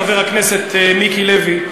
חבר הכנסת מיקי לוי,